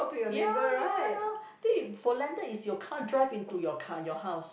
ya ya ya then you for landed is your car drive into your car your house